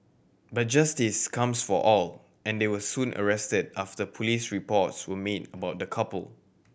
but justice comes for all and they were soon arrested after police reports were made about the couple